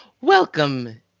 Welcome